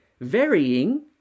varying